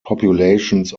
populations